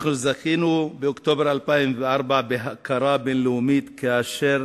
באוקטובר 2004 זכינו בהכרה בין-לאומית כאשר